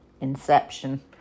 Inception